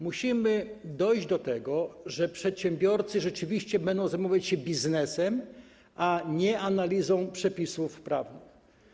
Musimy dojść do tego, że przedsiębiorcy rzeczywiście będą zajmować się biznesem, a nie analizą przepisów prawnych.